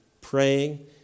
praying